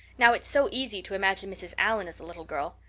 now, it's so easy to imagine mrs. allan as a little girl.